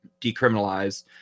decriminalize